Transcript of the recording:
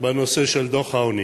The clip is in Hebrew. בנושא של דוח העוני.